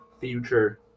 future